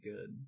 good